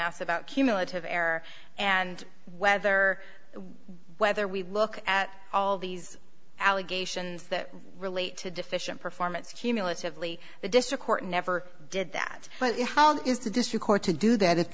asked about cumulative error and whether whether we look at all these allegations that relate to deficient performance cumulatively the district court never did that is the district court to do that it's